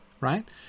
Right